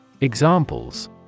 Examples